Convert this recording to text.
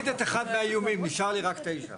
אני מוריד את אחד האיומים, נשאר לי רק תשע.